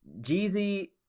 Jeezy